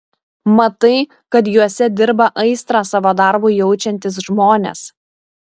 matai kad juose dirba aistrą savo darbui jaučiantys žmonės